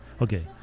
Okay